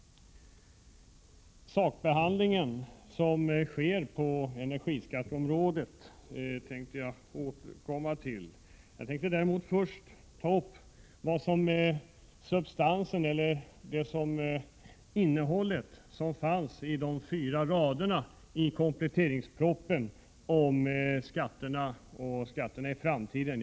Sakbehandlingen som sker på energiskatteområdet kan jag återkomma till. Jag tänkte däremot först ta upp vad som är substansen i de fyra raderna i kompletteringspropositionen om skatterna i framtiden.